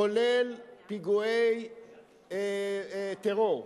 כולל פיגועי טרור.